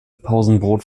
pausenbrot